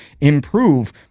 improve